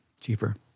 cheaper